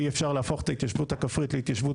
אי אפשר להפוך את ההתיישבות הכפרית להתיישבות